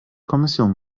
kommission